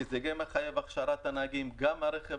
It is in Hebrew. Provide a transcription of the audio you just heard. כי זה יחייב הכשרת הנהגים וגם הרכב